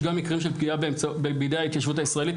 יש גם מקרים של פגיעה בידי ההתיישבות הישראלית,